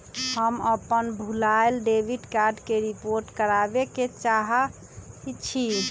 हम अपन भूलायल डेबिट कार्ड के रिपोर्ट करावे के चाहई छी